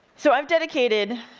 so i've dedicated,